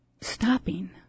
stopping